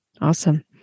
Awesome